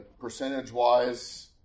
percentage-wise